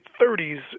30s